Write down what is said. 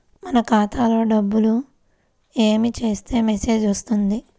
మన ఖాతాలో డబ్బులు ఏమి చేస్తే మెసేజ్ వస్తుంది?